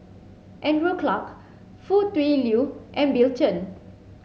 Andrew Clarke Foo Tui Liew and Bill Chen